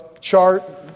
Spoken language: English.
chart